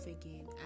again